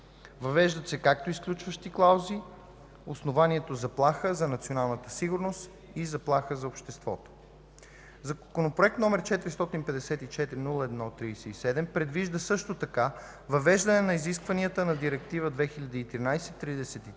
Въвеждат се като изключващи клаузи основанията „заплаха за националната сигурност” и „заплаха за обществото”. Законопроект № 454-01-37 предвижда също така въвеждане на изискванията на Директива 2013/33/ЕС